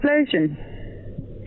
explosion